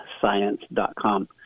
science.com